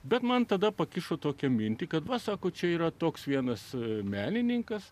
bet man tada pakišo tokią mintį kad pasako čia yra toks vienas menininkas